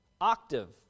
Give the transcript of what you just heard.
Octave